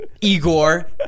Igor